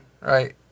right